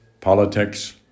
politics